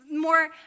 more